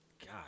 God